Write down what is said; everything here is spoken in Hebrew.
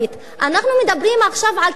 אנחנו מדברים עכשיו על תיקים.